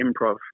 improv